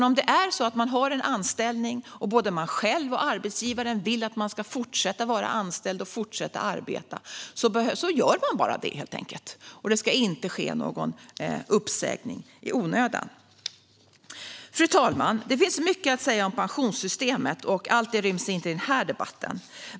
Om man har en anställning och både man själv och arbetsgivaren vill att man ska fortsätta att vara anställd och fortsätta att arbeta gör man bara det helt enkelt. Det ska inte ske någon uppsägning i onödan. Fru talman! Det finns mycket att säga om pensionssystemet. Allt det ryms inte i den här debatten.